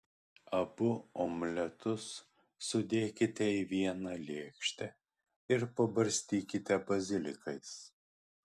abu omletus sudėkite į vieną lėkštę ir pabarstykite bazilikais